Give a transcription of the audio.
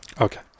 Okay